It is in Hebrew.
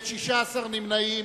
ונמנעים,